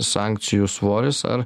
sankcijų svoris ar